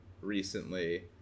recently